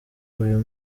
uyu